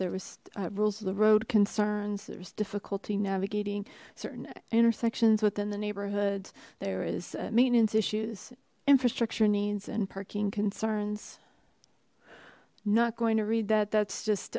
there was rules of the road concerns there's difficulty navigating certain intersections within the neighborhoods there is maintenance issues infrastructure needs and parking concerns not going to read that that's just